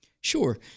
Sure